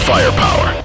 Firepower